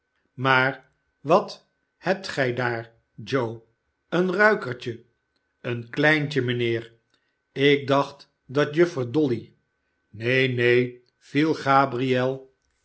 maar wat hebt gij daar joe een ruikertje een kleintje mijnheer ik dacht dat juffer dolly neen neen viel